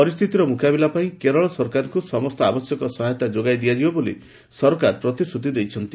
ପରିସ୍ଥିତିର ମୁକାବିଲା ପାଇଁ କେରଳ ସରକାରଙ୍କୁ ସମସ୍ତ ଆବଶ୍ୟକ ସହାୟତା ଯୋଗାଇ ଦିଆଯିବ ବୋଲି ସରକାର ପ୍ରତିଶ୍ରତି ଦେଇଛନ୍ତି